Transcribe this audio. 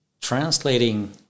translating